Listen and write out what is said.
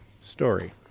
story